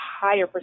higher